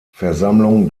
versammlung